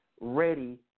ready